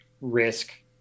risk